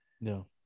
No